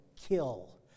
kill